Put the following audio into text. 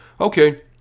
okay